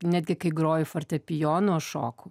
netgi kai groju fortepijonu aš šoku